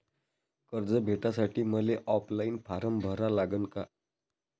कर्ज भेटासाठी मले ऑफलाईन फारम भरा लागन का?